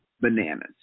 Bananas